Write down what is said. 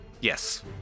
yes